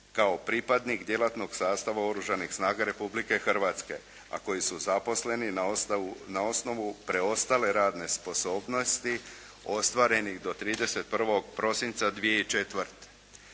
kao pripadnik djelatnog sastava Oružanih snaga Republike Hrvatske, a koji su zaposleni na osnovu preostale radne sposobnosti ostvarenih do 31. prosinca 2004.